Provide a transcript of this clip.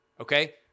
okay